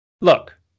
Look